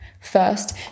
First